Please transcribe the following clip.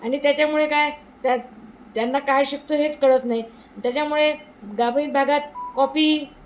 आणि त्याच्यामुळे काय त्या त्यांना काय शिकतो हेच कळत नाही त्याच्यामुळे ग्रामीण भागात कॉपी